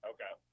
Okay